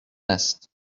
است